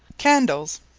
candles.